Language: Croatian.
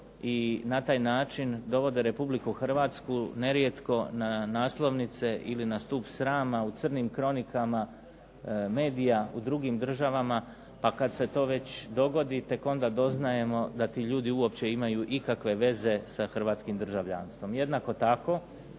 i na taj način dovode Republiku Hrvatsku nerijetko na naslovnice ili na stup srama, u crnim kronikama medija, u drugim državama, a kad se to već dogodi tek onda doznajemo da ti ljudi uopće imaju ikakve veze sa hrvatskim državljanstvom. Jednako tako